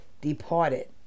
departed